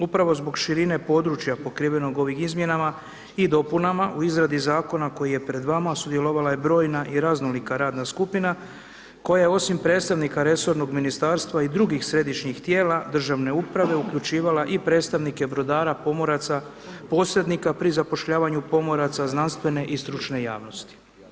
Upravo zbog širine područja pokrivenog ovim izmjenama i dopunama u izradi zakona koji je pred vama sudjelovala je brojna i raznolika radna skupina koja osim predstavnika resornog ministarstva i drugih središnjih tijela državne uprave uključivala i predstavnike brodara, pomoraca, posrednika pri zapošljavanju pomoraca znanstvene i stručne javnosti.